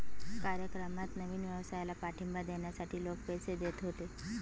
कार्यक्रमात नवीन व्यवसायाला पाठिंबा देण्यासाठी लोक पैसे देत होते